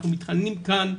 אנחנו מתחננים כאן,